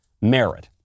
merit